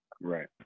Right